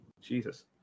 Jesus